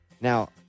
Now